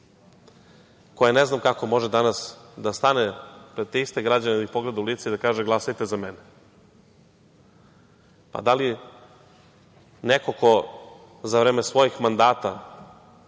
evra. Ne znam kako može danas da stane pred te iste građane, da ih pogleda u lice i kaže – glasajte za mene. Da li neko ko za vreme svojih mandata